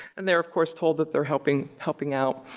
and they're of course told that they're helping helping out.